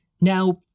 Now